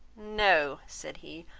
no, said he,